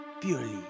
purely